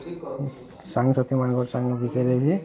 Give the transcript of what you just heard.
ସାଙ୍ଗ୍ ସାଥି ମାନଙ୍କର୍ ବିଷୟରେ ବି